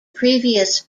previous